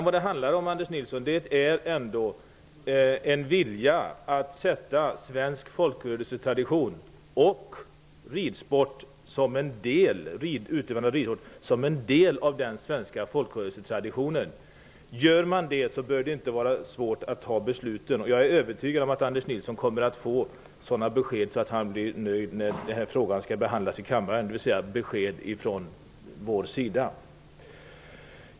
Vad det handlar om är ändå en vilja se utövandet av ridsport som en del av den svenska folkrörelsetraditionen. Gör man det bör det inte vara så svårt att fatta besluten. Jag är övertygad om att Anders Nilsson kommer att få sådana besked från vår sida att han blir nöjd när frågan skall behandlas i kammaren.